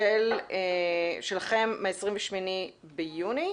מכתב שלכם מה-28 ביוני